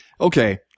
Okay